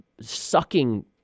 sucking